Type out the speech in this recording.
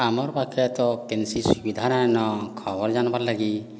ଆମର୍ ପାଖ୍ରେ ତ କେନ୍ସି ସୁବିଧା ନାଇଁ ନ ଖବର୍ ଜାନ୍ବାର୍ ଲାଗି